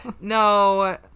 No